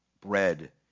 bread